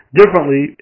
differently